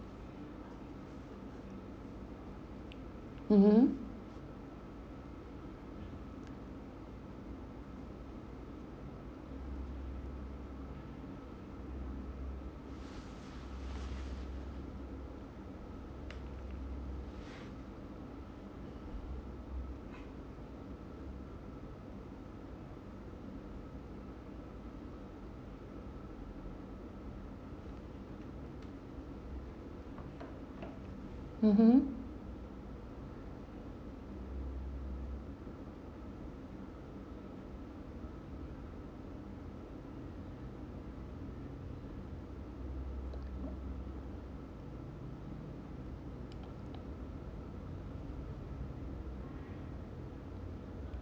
mmhmm mmhmm